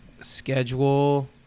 schedule